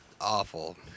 awful